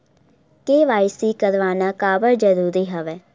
KYC करवाना काबर जरूरी हवय?